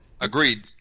Agreed